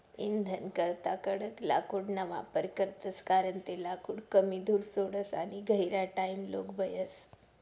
इंधनकरता कडक लाकूडना वापर करतस कारण ते लाकूड कमी धूर सोडस आणि गहिरा टाइमलोग बयस